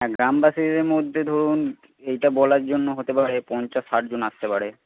আর গ্রামবাসীর মধ্যে ধরুন এটা বলার জন্য হতে পারে পঞ্চাশ ষাট জন আসতে পারে